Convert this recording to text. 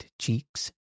cheeks